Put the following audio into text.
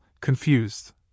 confused